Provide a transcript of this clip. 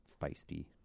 feisty